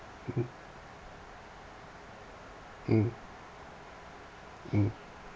mm mm mm